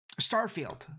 starfield